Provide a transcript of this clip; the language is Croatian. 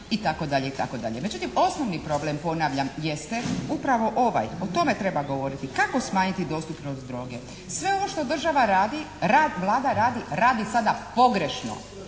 opet padne itd. itd. Međutim osnovni problem ponavljam, jeste upravo ovaj. O tome treba govoriti. Kako smanjiti dostupnost droge. Sve ovo što država radi, Vlada radi sada pogrešno.